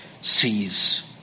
sees